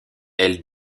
elle